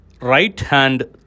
right-hand